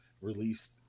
released